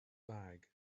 bag